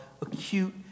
acute